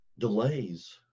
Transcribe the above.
Delays